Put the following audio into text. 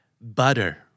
Butter